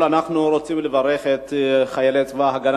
אנחנו רוצים לברך את חיילי צבא-הגנה